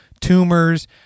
tumors